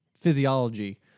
physiology